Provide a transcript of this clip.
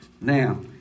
Now